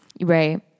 Right